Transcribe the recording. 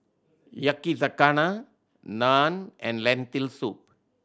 Yakizakana Naan and Lentil Soup